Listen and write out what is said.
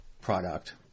product